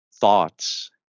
thoughts